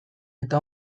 eta